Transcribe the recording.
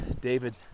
david